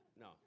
No